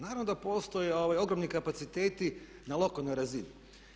Naravno da postoje ogromni kapaciteti na lokalnoj razini.